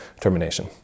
termination